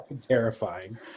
terrifying